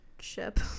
ship